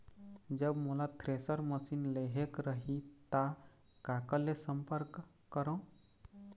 जब मोला thresher machine लेहेक रही ता काकर ले संपर्क करों?